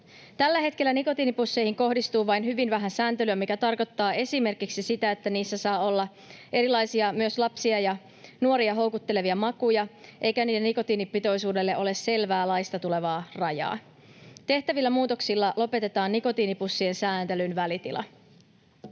Tällä hetkellä nikotiinipusseihin kohdistuu vain hyvin vähän sääntelyä, mikä tarkoittaa esimerkiksi sitä, että niissä saa olla erilaisia, myös lapsia ja nuoria houkuttelevia makuja eikä niiden nikotiinipitoisuudelle ole selvää, laista tulevaa rajaa. Tehtävillä muutoksilla lopetetaan nikotiinipussien sääntelyn välitila.